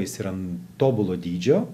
jis yra tobulo dydžio